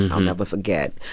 i'll never forget,